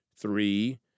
Three